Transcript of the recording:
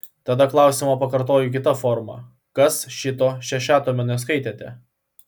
tada klausimą pakartoju kita forma kas šito šešiatomio neskaitėte